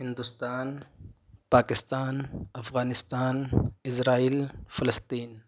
Hindustan Pakistan Afghanistan Israel فلسطین